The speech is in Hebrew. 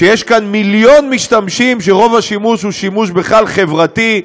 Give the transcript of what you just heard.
שיש כאן מיליון משתמשים שרוב השימוש הוא שימוש בכלל חברתי,